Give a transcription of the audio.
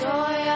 Joy